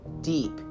deep